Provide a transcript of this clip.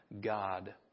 God